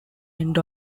end